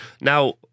Now